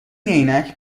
عینک